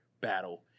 battle